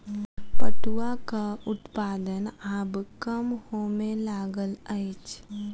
पटुआक उत्पादन आब कम होमय लागल अछि